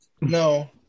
No